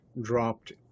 dropped